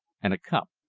and a cup.